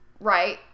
right